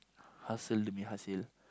hasil demi hasil